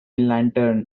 lantern